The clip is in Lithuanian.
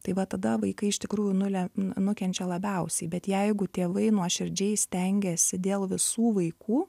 tai va tada vaikai iš tikrųjų nule nu nukenčia labiausiai bet jeigu tėvai nuoširdžiai stengiasi dėl visų vaikų